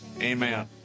Amen